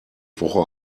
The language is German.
woche